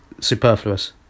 superfluous